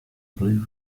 blues